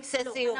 טקסי הסיום.